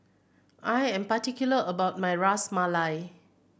I am particular about my Ras Malai